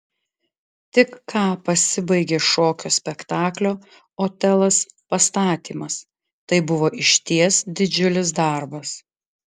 tik ką pasibaigė šokio spektaklio otelas pastatymas tai buvo išties didžiulis darbas